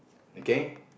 okay